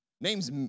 Names